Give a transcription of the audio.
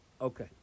Okay